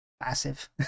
massive